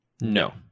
No